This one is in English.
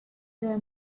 the